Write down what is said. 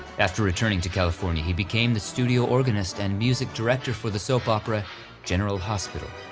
after returning to california he became the studio organist and music director for the soap opera general hospital.